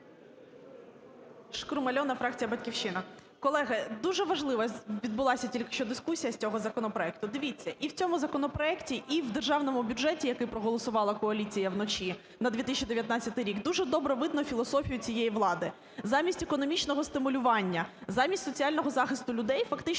Шкрум Альона, фракція "Батьківщина". Колеги, дуже важлива відбулася тільки що дискусія з цього законопроекту. Дивіться, і в цьому законопроекті, і в державному бюджеті, який проголосувала коаліція вночі, на 2019 рік дуже добре видно філософію цієї влади. Замість економічного стимулювання, замість соціального захисту людей фактично